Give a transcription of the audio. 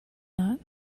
not